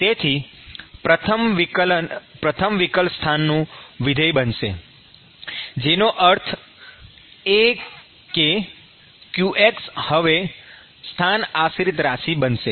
તેથી પ્રથમ વિકલ સ્થાનનું વિધેય બનશે જેનો અર્થ એ કે qx હવે સ્થાન આશ્રિત રાશિ બનશે